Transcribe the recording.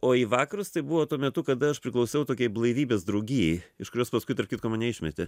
o į vakarus tai buvo tuo metu kada aš priklausau tokiai blaivybės draugijai iš kurios paskui tarp kitko mane išmetė